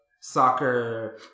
soccer